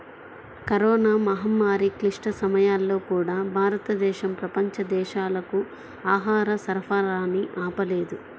corona మహమ్మారి క్లిష్ట సమయాల్లో కూడా, భారతదేశం ప్రపంచ దేశాలకు ఆహార సరఫరాని ఆపలేదు